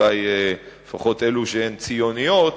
לפחות אלה שהן ציוניות,